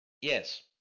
Yes